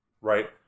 right